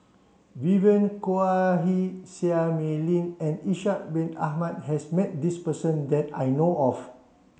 Vivien Quahe Seah Mei Lin and Ishak bin Ahmad has met this person that I know of